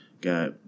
got